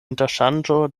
interŝanĝo